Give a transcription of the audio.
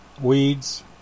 weeds